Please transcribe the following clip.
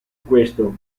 questo